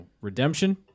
redemption